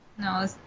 no